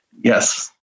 Yes